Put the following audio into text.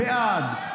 בעד,